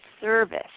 service